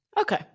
Okay